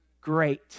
great